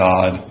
God